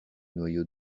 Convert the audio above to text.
noyau